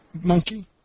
monkey